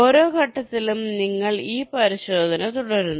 ഓരോ ഘട്ടത്തിലും നിങ്ങൾ ഈ പരിശോധന തുടരുന്നു